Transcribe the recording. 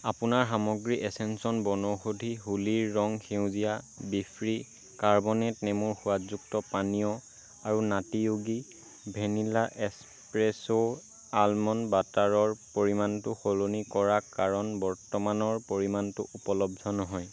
আপোনাৰ সামগ্ৰী এচেঞ্চন বনৌষধি হোলীৰ ৰং সেউজীয়া বিফ্ৰী কাৰ্বনেট নেমুৰ সোৱাদযুক্ত পানীয় আৰু নাটী য়োগী ভেনিলা এস্প্ৰেছ' আলমণ্ড বাটাৰৰ পৰিমাণটো সলনি কৰা কাৰণ বৰ্তমানৰ পৰিমাণটো উপলব্ধ নহয়